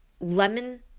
lemon